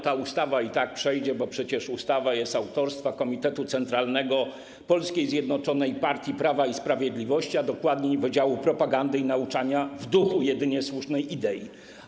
Ta ustawa i tak przejdzie, bo przecież jest autorstwa komitetu centralnego polskiej zjednoczonej partii Prawa i Sprawiedliwości, a dokładniej wydziału propagandy i nauczania w duchu jedynej słusznej idei.